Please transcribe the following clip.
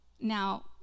Now